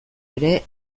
ere